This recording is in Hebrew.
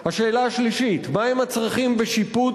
השאלה השלישית: מה הם הצרכים בשיפוץ